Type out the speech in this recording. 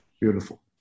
Beautiful